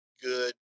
good